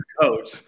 coach